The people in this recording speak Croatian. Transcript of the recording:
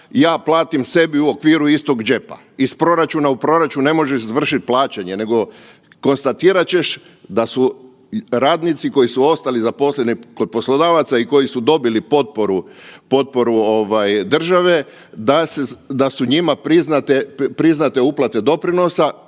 ja platim sebi u okviru istog džepa, iz proračuna u proračun ne možeš izvršiti plaćanje nego konstatirat ćeš da su radnici koji su ostali zaposleni kod poslodavaca i koji su dobili potporu ovaj države da su njima priznate uplate doprinosa,